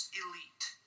elite